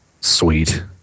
Sweet